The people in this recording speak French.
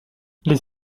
les